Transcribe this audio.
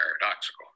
paradoxical